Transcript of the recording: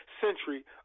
century